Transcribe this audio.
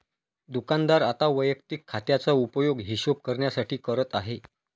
दुकानदार आता वैयक्तिक खात्याचा उपयोग हिशोब करण्यासाठी करत आहे